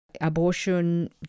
abortion